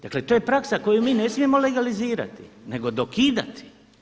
Dakle, to je praksa koju mi ne smijemo legalizirati nego dokidati.